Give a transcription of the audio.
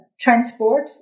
transport